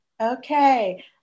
Okay